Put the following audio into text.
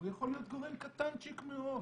הוא יכול להיות גורם קטנצ'יק מאוד,